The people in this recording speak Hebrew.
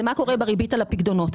זה מה קורה בריבית על הפיקדונות.